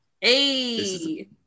Hey